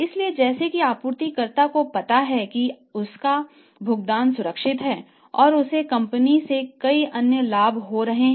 इसलिए जैसा कि आपूर्तिकर्ता को पता है कि उसका भुगतान सुरक्षित है और उसे कंपनी से कई अन्य लाभ हो रहे हैं